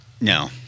No